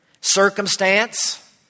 Circumstance